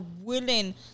willing